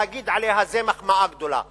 זו מחמאה גדולה מאוד.